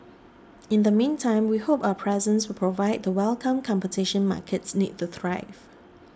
in the meantime we hope our presence will provide the welcome competition markets need to thrive